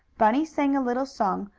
bunny sang a little song,